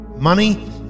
Money